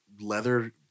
leather